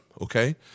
Okay